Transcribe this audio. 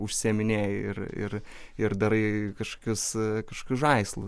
užsiiminėji ir ir ir darai kažkokius kažkokius žaislus